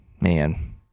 Man